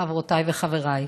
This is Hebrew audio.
חברותיי וחבריי,